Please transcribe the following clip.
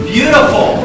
Beautiful